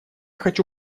хочу